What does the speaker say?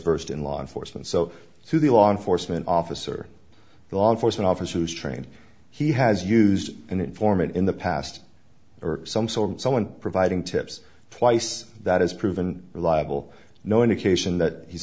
versed in law enforcement so through the law enforcement officer the law enforcement officers trained he has used an informant in the past or some sort of someone providing tips place that is proven reliable no indication that he's